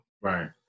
Right